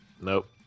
Nope